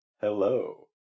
Hello